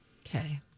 Okay